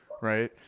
right